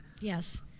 Yes